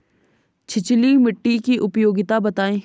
छिछली मिट्टी की उपयोगिता बतायें?